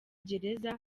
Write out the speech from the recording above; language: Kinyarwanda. gereza